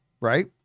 right